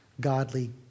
godly